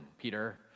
Peter